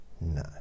No